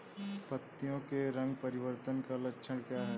पत्तियों के रंग परिवर्तन का लक्षण क्या है?